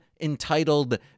entitled